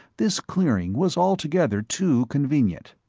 this clearing was altogether too convenient.